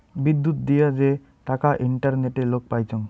বিদ্যুত দিয়া যে টাকা ইন্টারনেটে লোক পাইচুঙ